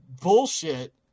bullshit